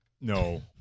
No